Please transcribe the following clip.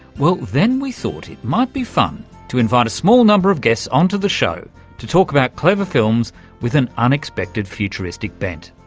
well, then we thought it might be fun to invite a small number of guests onto the show to talk about clever films with an unexpected futuristic bent.